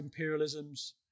imperialisms